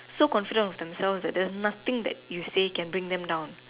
so confident of themselves that there's nothing that you say can bring them down